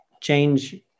change